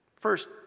first